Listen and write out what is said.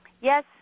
Yes